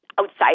outside